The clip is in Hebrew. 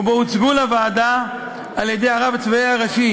ובו הוצגו לוועדה על-ידי הרב הצבאי הראשי